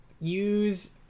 use